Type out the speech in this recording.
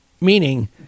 Meaning